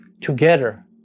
Together